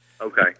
Okay